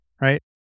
right